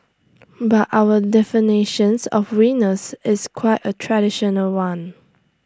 but our definitions of winners is quite A traditional one